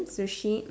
sushi